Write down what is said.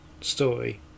Story